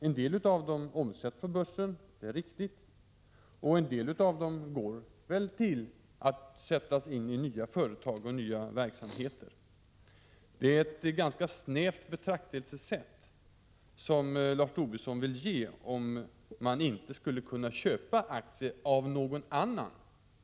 En del av dem omsätts på börsen, det är riktigt, och en del sätts väl in i nya företag och nya verksamheter. Det är ett ganska snävt betraktelsesätt som Lars Tobisson har, att man inte skulle kunna köpa aktier av någon annan.